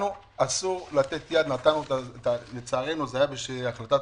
לנו אסור לתת יד לצערנו, זה היה בהחלטת